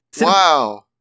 Wow